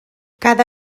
cada